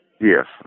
Yes